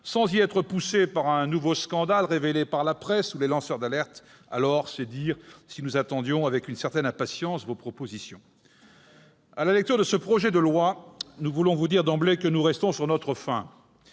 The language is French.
sans y être poussé par un nouveau scandale révélé par la presse ou les lanceurs d'alerte. C'est dire si nous attendions avec une certaine impatience vos propositions. À la lecture de votre projet de loi, nous voulons vous dire d'emblée que nous restons sur notre faim